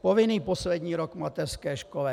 Povinný poslední rok v mateřské škole.